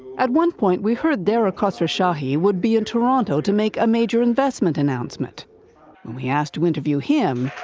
at one point, we heard dara khosrowshahi would be in toronto to make a major investment announcement. when we asked to interview him,